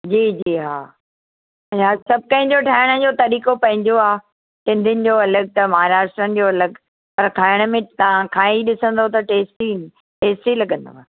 जी जी हा सभु कंहिं जो ठाहिण जो तरीक़ो पंहिंजो आहे सिंधीनि जो अलॻि त महाराष्ट्रनि जो अलॻि पर खाइण में तव्हां खाई ॾिसंदव त टेस्टी टेस्टी लॻंदव